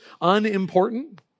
unimportant